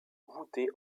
voûtée